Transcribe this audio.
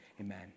amen